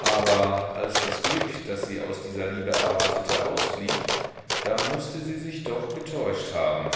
aber als das glück das sie aus dieser liebe erwartete ausblieb da mußte sie sich doch getäuscht haben